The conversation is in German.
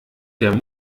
der